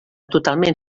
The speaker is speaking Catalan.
totalment